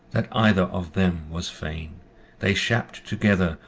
that either of them was fain they schapped together,